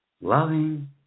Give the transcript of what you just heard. loving